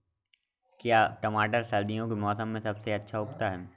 क्या टमाटर सर्दियों के मौसम में सबसे अच्छा उगता है?